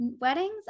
weddings